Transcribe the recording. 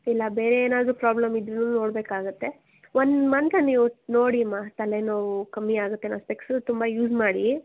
ಇಲ್ಲ ಬೇರೆ ಏನಾದರೂ ಪ್ರಾಬ್ಲಮ್ ಇದೆಯೋ ನೋಡ್ಬೇಕಾಗುತ್ತೆ ಒಂದು ಮಂತ್ ನೀವು ನೋಡಿಯಮ್ಮ ತಲೆನೋವು ಕಮ್ಮಿ ಆಗತ್ತೇನೋ ಸ್ಪೆಕ್ಸ ತುಂಬ ಯೂಸ್ ಮಾಡಿ